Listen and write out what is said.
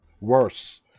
worse